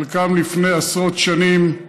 חלקם לפני עשרות שנים,